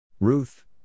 Ruth